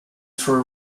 for